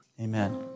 Amen